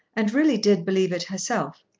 and really did believe it herself.